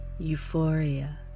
euphoria